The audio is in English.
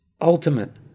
ultimate